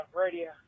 radio